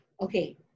Okay